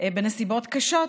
בנסיבות קשות,